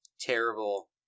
terrible